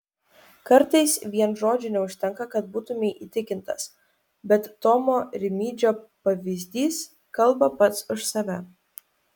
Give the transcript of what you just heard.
kartais vien žodžių neužtenka kad būtumei įtikintas bet tomo rimydžio pavyzdys kalba pats už save